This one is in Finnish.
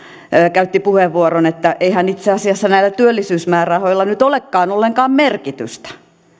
käytti puheenvuoron että eihän itse asiassa näillä työllisyysmäärärahoilla nyt olekaan ollenkaan merkitystä